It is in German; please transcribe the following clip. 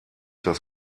das